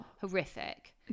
horrific